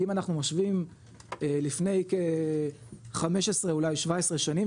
כי אם אנחנו משווים לפני כ-15 אולי 17 שנים,